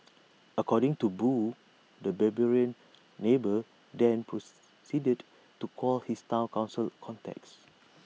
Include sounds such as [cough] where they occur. [noise] according to boo the 'barbarian neighbour' then proceeded to call his Town Council contacts